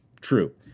True